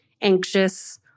anxious